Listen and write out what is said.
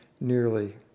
nearly